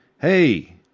hey